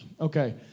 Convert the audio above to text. Okay